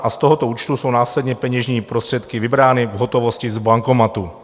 Z tohoto účtu jsou následně peněžní prostředky vybrány v hotovosti z bankomatu.